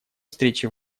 встречи